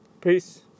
Peace